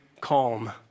calm